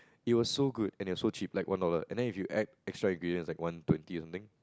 it was so good and it was so cheap like one dollar and then if you add an extra ingredient like one twenty or something